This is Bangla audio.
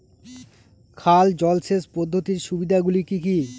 খাল জলসেচ পদ্ধতির সুবিধাগুলি কি কি?